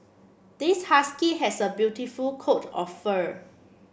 this husky has a beautiful coat of fur